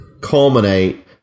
culminate